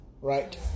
Right